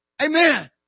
Amen